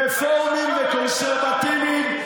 רפורמים וקונסרבטיבים,